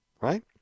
right